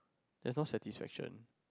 there's no satisfaction